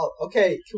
Okay